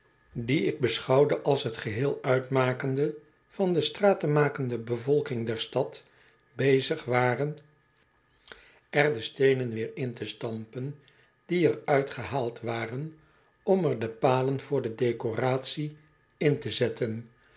die ik beschouwde als t geheel uitmakende van destraatmakende bevolking der stad bezig waren er de steenen weer in te stampen die er uit gehaald waren om er de palen voor de decoratie in te zetten